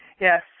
Yes